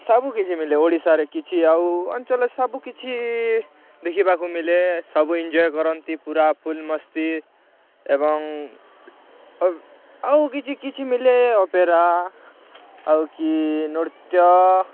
ସବୁକିଛି ମିଳେ ଓଡ଼ିଶାରେ କିଛି ଆଉ ଅଞ୍ଚଳ ସବୁକିଛି ଦେଖିବାକୁ ମିଳେ ସବୁ ଇନଜୟ କରନ୍ତି ପୁରା ଫୁଲ୍ ମସ୍ତି ଏବଂ ଆଉ କିଛି କିଛି ମିଳେ ଅପେରା ଆଉ କି ନୃତ୍ୟ